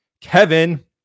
Kevin